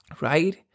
right